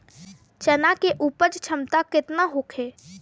चना के उपज क्षमता केतना होखे?